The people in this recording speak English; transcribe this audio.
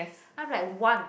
I'm like one